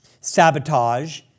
sabotage